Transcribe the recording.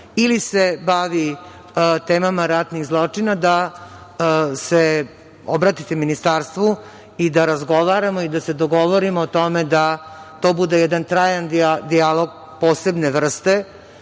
saveta, bavi temama ratnih zločina, obratite ministarstvu i da razgovaramo i da se dogovorimo o tome da to bude jedan trajan dijalog posebne vrste,